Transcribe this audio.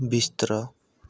ਬਿਸਤਰਾ